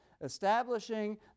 establishing